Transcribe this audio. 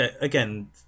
again